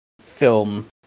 film